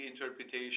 interpretation